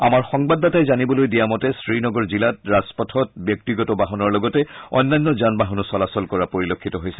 আমাৰ সংবাদদাতাই জানিবলৈ দিয়া মতে শ্ৰীনগৰ জিলাত ৰাজপথত ব্যক্তিগত বাহনৰ লগতে অন্যান্য যান বাহনো চলাচল কৰা পৰিলক্ষিত হৈছে